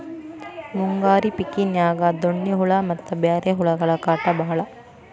ಮುಂಗಾರಿ ಪಿಕಿನ್ಯಾಗ ಡೋಣ್ಣಿ ಹುಳಾ ಮತ್ತ ಬ್ಯಾರೆ ಹುಳಗಳ ಕಾಟ ಬಾಳ